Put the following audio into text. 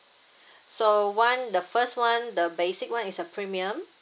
so one the first one the basic one is a premium